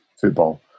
football